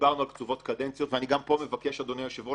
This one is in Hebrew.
ודיברנו על קצובות קדנציות אדוני היושב-ראש,